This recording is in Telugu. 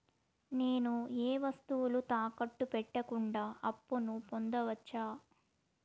నేను ఏ వస్తువులు తాకట్టు పెట్టకుండా అప్పును పొందవచ్చా?